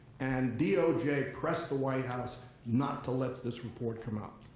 and doj pressed the white house not to let this report come out.